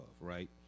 right